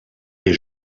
est